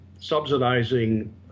subsidizing